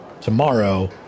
tomorrow